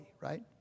right